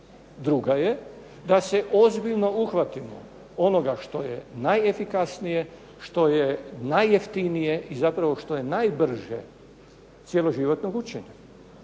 Druga je da se ozbiljno uhvatimo onoga što je najefikasnije, što je najjeftinije i zapravo što je najbrže cijeloživotnog učenja,